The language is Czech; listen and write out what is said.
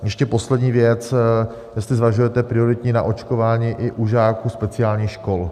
Ještě poslední věc, jestli zvažujete prioritní naočkování i u žáků speciálních škol.